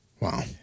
Wow